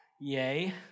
yay